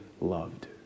loved